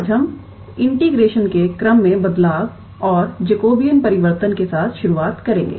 आज हम इंटीग्रेशन के क्रम में बदलाव और जैकबियन परिवर्तन के साथ शुरुआत करेंगे